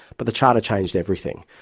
but the charter changed everything.